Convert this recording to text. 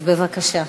אז בבקשה.